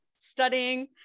studying